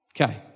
Okay